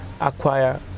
acquire